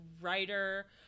writer